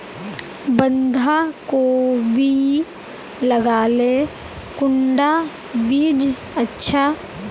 बंधाकोबी लगाले कुंडा बीज अच्छा?